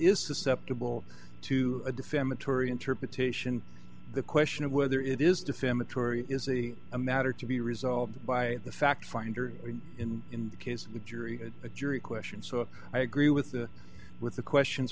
is susceptible to a defamatory interpretation the question of whether it is defamatory is a a matter to be resolved by the fact finder or in the case of the jury a jury question so i agree with the with the questions